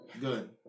Good